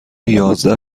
یازده